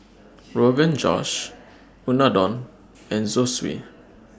Rogan Josh Unadon and Zosui